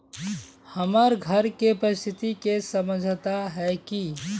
हमर घर के परिस्थिति के समझता है की?